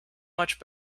much